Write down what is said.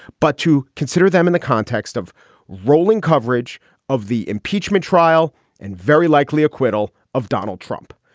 but to consider them in the context of rolling coverage of the impeachment trial and very likely acquittal of donald trump.